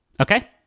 okay